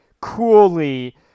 coolly